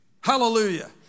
hallelujah